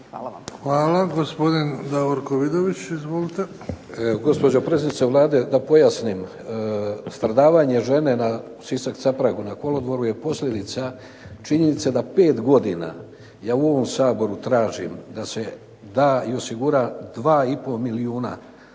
Vidović. Izvolite. **Vidović, Davorko (SDP)** Gospođo predsjednice Vlade da pojasnim. Stradavanje žene u Sisak-Capragu na kolodvoru je posljedica činjenica da 5 godina ja u ovom Saboru tražim da se osigura i da 2,5 milijuna